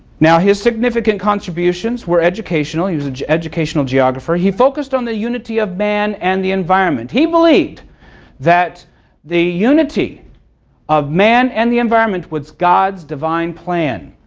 now his significant contributions were educational, he was an educational geographer he focused on the unity of man, and the environment. he believed that the unity of man and the environment was god's divine plan.